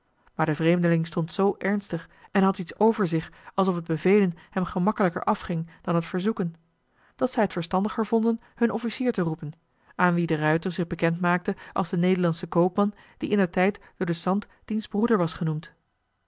maar de vreemdeling stond zoo ernstig en had iets over zich alsof het bevelen hem gemakkelijker afging dan het verzoeken dat zij het verstandiger vonden hun officier te roepen aan wien de ruijter zich bekend maakte als den nederlandschen koopman die indertijd door den sant diens broeder was genoemd